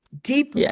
deep